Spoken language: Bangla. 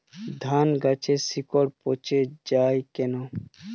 ধানগাছের শিকড় পচে য়ায় কেন?